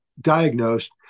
diagnosed